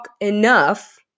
enough